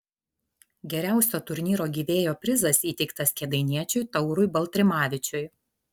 geriausio turnyro gyvėjo prizas įteiktas kėdainiečiui taurui baltrimavičiui